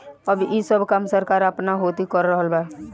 अब ई सब काम सरकार आपना होती कर रहल बा